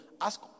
ask